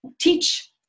teach